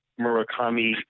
Murakami